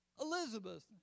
Elizabeth